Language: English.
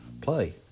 play